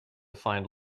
find